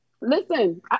Listen